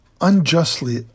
unjustly